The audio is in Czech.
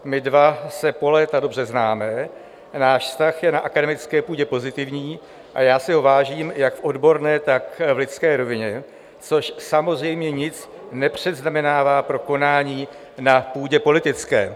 My dva se po léta dobře známe, náš vztah je na akademické půdě pozitivní a já si ho vážím jak v odborné, tak v lidské rovině, což samozřejmě nic nepředznamenává pro konání na půdě politické.